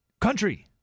country